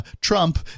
Trump